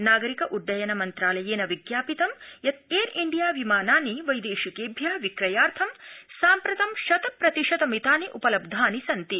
नागरिक उड्डयन मन्त्रालयेन विज्ञापितं यत् एयर इण्डिया विमानानि वैदेशिकेभ्य विक्रयार्थ साम्प्रतं शत प्रतिशत मितानि उपलब्धानि सन्ति